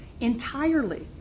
entirely